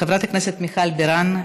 חברת הכנסת מיכל בירן,